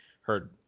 heard